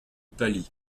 pâlit